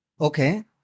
Okay